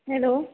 hello